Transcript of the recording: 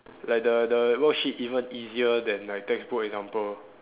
like the the worksheet even easier than my textbook example